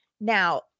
Now